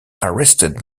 arrested